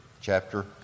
Chapter